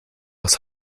aus